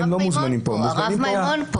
הם לא מוזמנים לפה --- הרב מימון פה,